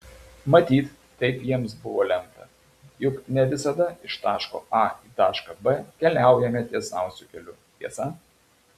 matyt taip jiems buvo lemta juk ne visada iš taško a į tašką b keliaujame tiesiausiu keliu tiesa